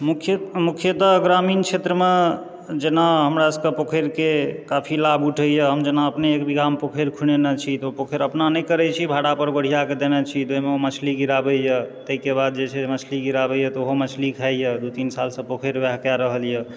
मुख्य मुख्यतः ग्रामीण क्षेत्रमे जेना हमरा सबकेँ पोखरिके काफी लाभ उठैया हम जेना अपने एक बीघामे पोखरि खुनएने छी तऽ ओ पोखरि अपना नहि करए छी भाड़ा पर भरिया कऽ देने छी तऽओहिमे मछली गिराबए यऽ ताहिके बाद जे छै से मछली गिराबए तऽओहो मछली खाइए दू तीन सालसंँ पोखरि ओएह कए रहल यऽ